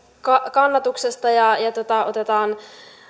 kannatuksesta ja ja otetaan kiinni